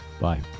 Bye